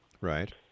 Right